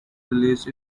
released